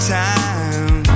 time